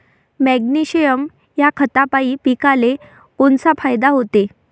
Magnesium ह्या खतापायी पिकाले कोनचा फायदा होते?